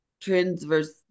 transverse